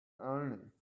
only